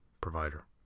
provider